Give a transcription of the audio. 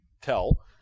tell